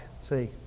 see